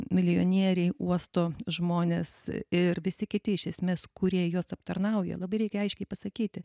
milijonieriai uosto žmonės ir visi kiti iš esmės kurie juos aptarnauja labai reikia aiškiai pasakyti